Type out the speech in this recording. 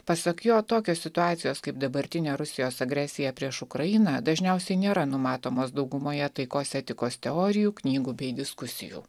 pasak jo tokios situacijos kaip dabartinė rusijos agresija prieš ukrainą dažniausiai nėra numatomos daugumoje taikos etikos teorijų knygų bei diskusijų